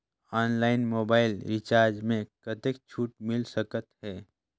Online mobile recharge मे कतेक छूट मिल सकत हे?